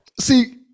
See